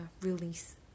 release